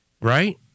Right